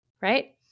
right